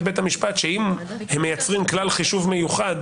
בית המשפט שאם הם מייצרים כלל חישוב מיוחד,